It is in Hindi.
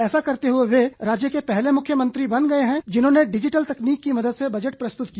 ऐसा करते हुए वे राज्य के पहले मुख्यमंत्री बन गए हैं जिन्होंने डिजीटल तकनीक की मदद से बजट प्रस्तुत किया